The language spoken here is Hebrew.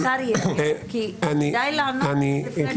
שהשר יענה, כי כדאי לענות לפני שהוא עוזב.